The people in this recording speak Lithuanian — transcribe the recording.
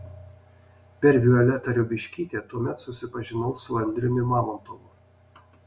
per violetą riaubiškytę tuomet susipažinau su andriumi mamontovu